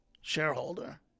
shareholder